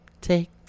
Take